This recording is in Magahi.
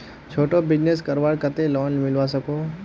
छोटो बिजनेस करवार केते लोन मिलवा सकोहो होबे?